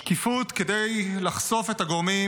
שקיפות כדי לחשוף את הגורמים